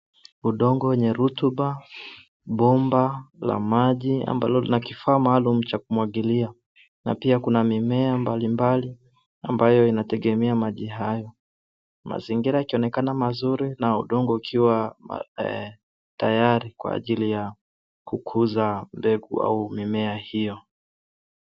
Udongo wenye rotuba, bomba la maji ambalo lina kifaa maalum cha kumwangilia na pia kuna mimea mbalimbali ambayo inatengemea maji hayo. Mazingira yakionekana mazuri na udongo ukiwa tayari kwa ajili ya kukuza mbegu au mimea hiyo.